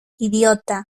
idiota